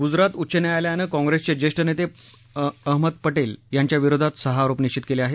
गुजरात उच्च न्यायालयानं काँग्रेसचे ज्येष्ठ नेते अहमद पटेल यांच्याविरोधात सहा आरोप निश्वित केले आहेत